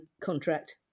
contract